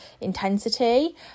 intensity